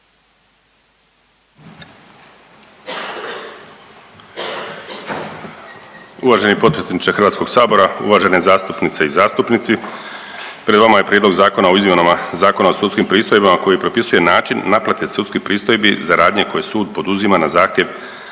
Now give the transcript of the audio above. Uvaženi potpredsjedniče Hrvatskog sabora, uvažene zastupnice i zastupnici. Pred vama je Prijedlog zakona o izmjenama Zakona o sudskim pristojbama koji propisuje način naplate sudskih pristojbi za radnje koje sud poduzima na zahtjev